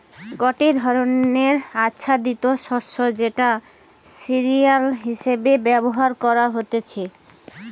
গটে ধরণের আচ্ছাদিত শস্য যেটা সিরিয়াল হিসেবে ব্যবহার করা হতিছে